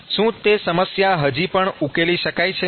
શું તે સમસ્યા હજી પણ ઉકેલી શકાય છે